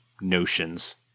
notions